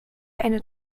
eine